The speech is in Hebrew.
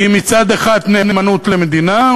שהיא מצד אחד נאמנות למדינה,